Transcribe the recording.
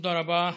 תודה רבה,